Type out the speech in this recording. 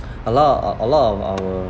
a lot of a lot of our